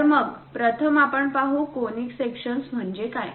तर मग प्रथम आपण पाहू कोनिक सेक्शन म्हणजे काय